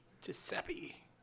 Giuseppe